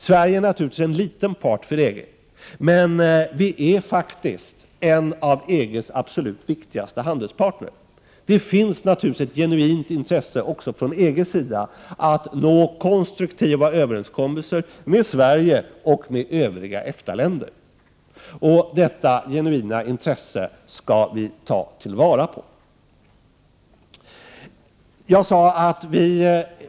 Sverige är naturligtvis av liten betydelse för EG, men vi är faktiskt en av EG:s absolut viktigaste handelspartner. Det finns givetvis ett 19 genuint intresse också från EG:s sida av att nå konstruktiva överenskommelser med Sverige och övriga EFTA-länder. Detta genuina intresse skall vi ta till vara.